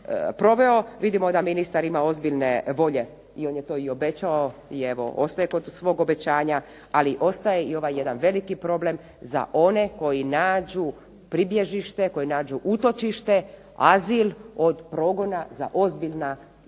proveo, vidimo da ministar ima ozbiljne volje i on je to obećao i ostaje kod svog obećanja ali ostaje i ovaj veliki problem za one koji nađu pribježište, koji nađu utočište, azil od progona za ozbiljna i teška